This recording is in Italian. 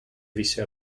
visse